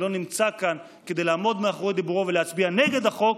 לא נמצא כאן כדי לעמוד מאחורי דיבורו ולהצביע נגד החוק,